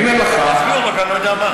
אני אומר לך, יצביעו, רק אני לא יודע מה.